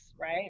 right